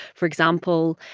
for example,